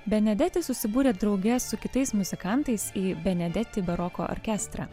benedeti susibūrė drauge su kitais muzikantais į benedeti baroko orkestrą